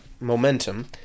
momentum